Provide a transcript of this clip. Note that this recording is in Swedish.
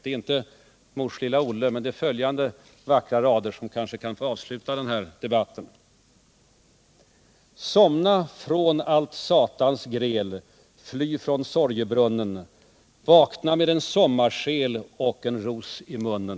Det är inte Mors lilla Olle utan följande vackra rader, som kanske kan få avsluta den här debatten: 79 ”Somna från allt satans gräl fly från sorgebrunnen vakna med en sommarsjäl och en ros i munnen”.